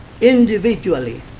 individually